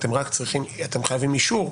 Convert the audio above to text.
אבל אתם חייבים אישור,